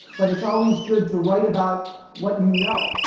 but it's always good to write about what you know.